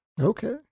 Okay